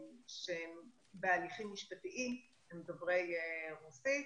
בהליכים משפטיים שהם דוברי רוסית.